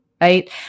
right